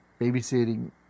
babysitting